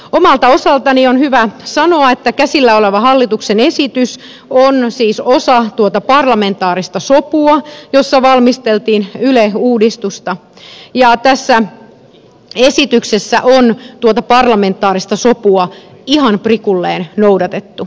omalta osaltani on hyvä sanoa että käsillä oleva hallituksen esitys on siis osa tuota parlamentaarista sopua jossa valmisteltiin yle uudistusta ja tässä esityksessä on tuota parlamentaarista sopua ihan prikulleen noudatettu